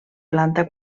planta